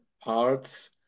parts